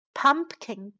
，pumpkin